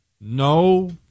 No